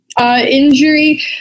injury